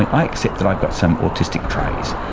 and i accept that i've got some autistic traits,